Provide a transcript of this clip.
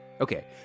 Okay